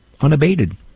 unabated